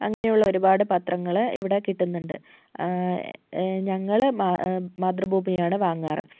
അങ്ങനെയുള്ള ഒരുപാട് പത്രങ്ങൾ ഇവിടെ കിട്ടുന്നുണ്ട് ഞങ്ങൾ മാതൃഭൂമിയാണ് വാങ്ങാറ്